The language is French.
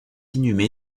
inhumé